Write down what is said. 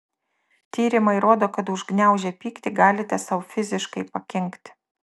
tyrimai rodo kad užgniaužę pyktį galite sau fiziškai pakenkti